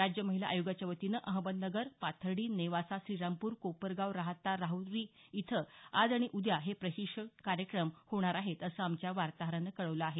राज्य महिला आयोगाच्या वतीने अहमदनगर पाथर्डी नेवासा श्रीरामपूर कोपरगाव राहता राहुरी इथं आज आणि उद्या हे प्रशिक्षण कार्यक्रम होणार आहेत असं आमच्या वार्ताहरानं कळवलं आहे